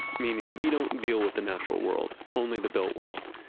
meaning, we don't deal with the natural world. only the built world.